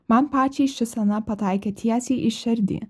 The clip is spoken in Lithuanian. man pačiai ši scena pataikė tiesiai į širdį